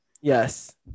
Yes